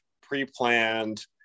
pre-planned